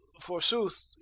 forsooth